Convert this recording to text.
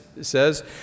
says